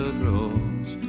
grows